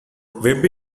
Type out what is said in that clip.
web